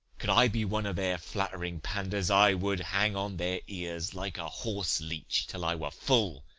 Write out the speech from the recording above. could i be one of their flattering panders, i would hang on their ears like a horseleech, till i were full,